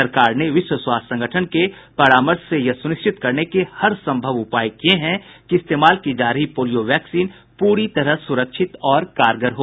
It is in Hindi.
सरकार ने विश्व स्वास्थ्य संगठन के परामर्श से यह सुनिश्चित करने के हर संभव उपाय किए हैं कि इस्तेमाल की जा रही पोलियो वैक्सीन प्ररी तरह सुरक्षित और कारगर हो